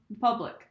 public